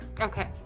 Okay